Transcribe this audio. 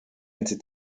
into